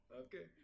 okay